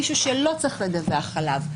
ומישהו שלא צריך לדווח עליו,